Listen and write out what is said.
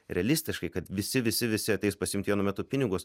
realistiškai kad visi visi visi ateis pasiimti vienu metu pinigus